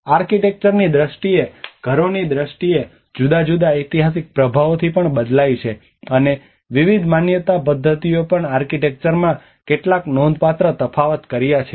આર્કિટેક્ચરની દ્રષ્ટિએ ઘરોની દ્રષ્ટિએ તે જુદા જુદા ઐતિહાસિક પ્રભાવોથી પણ બદલાય છે અને વિવિધ માન્યતા પદ્ધતિઓએ પણ આર્કિટેક્ચરમાં કેટલાક નોંધપાત્ર તફાવત કર્યા છે